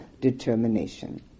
determination